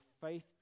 faith